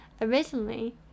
Originally